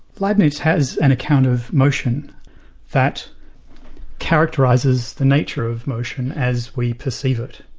leibnitz has an account of motion that characterises the nature of motion as we perceive it.